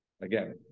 Again